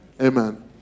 amen